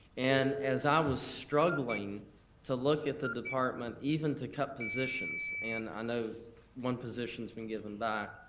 and as i was struggling to look at the department, even to cut positions, and i know one position's been given back,